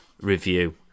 review